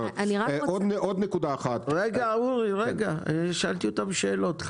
עוד נקודה אחת --- רגע אורי, שאלתי אותם שאלות.